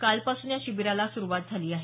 कालपासून या शिबिराला सुरूवात झाली आहे